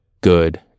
good